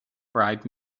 bribe